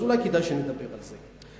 אז אולי כדאי שנדבר על זה,